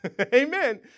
Amen